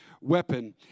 weapon